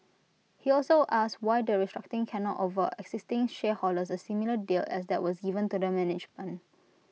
he also asked why the restructuring cannot offer existing shareholders A similar deal as that was given to the management